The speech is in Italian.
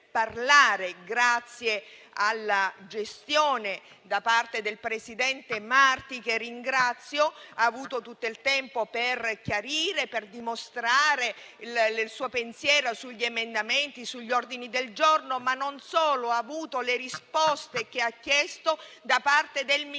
grazie alla gestione da parte del presidente Marti, che ringrazio. Ha avuto tutto il tempo per chiarire e per dimostrare il suo pensiero sugli emendamenti e sugli ordini del giorno. Ma non solo: ha avuto le risposte che ha chiesto da parte del Ministro,